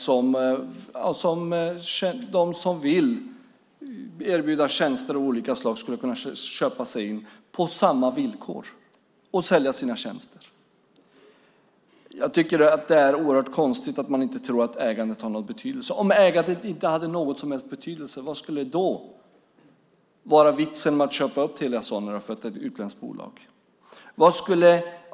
Där skulle de som vill erbjuda tjänster av olika slag kunna köpa in sig på samma villkor och sälja sina tjänster. Jag tycker att det är oerhört konstigt att man inte tror att ägandet har någon betydelse. Om ägandet inte hade någon som helst betydelse, vad skulle då vara vitsen med att köpa upp Telia Sonera för ett utländskt bolag?